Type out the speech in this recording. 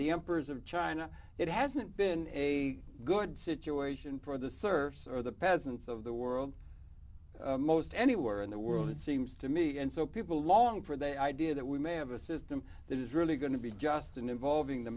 the emperors of china it hasn't been a good situation for the service or the peasants of the world most anywhere in the world it seems to me and so people long for the idea that we may have a system that is really going to be just involving the